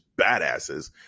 badasses –